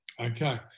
Okay